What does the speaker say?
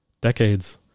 decades